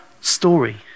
story